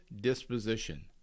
disposition